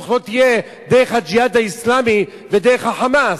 לא תהיה דרך "הג'יהאד האסלאמי" ודרך ה"חמאס".